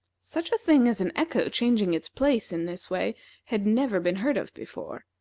such a thing as an echo changing its place in this way had never been heard of before,